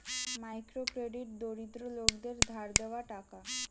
micro credit দরিদ্র লোকদের ধার লেওয়া টাকা